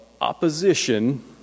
opposition